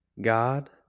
God